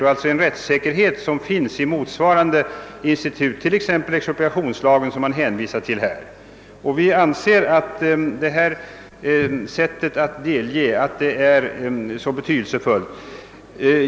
En motsvarande rättssäkerhet finns ju i exempelvis expropriationslagen, som man här hänvisar till. Vi anser att det är betydelsefullt att denna metod för delgivning finns.